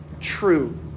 true